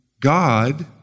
God